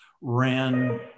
ran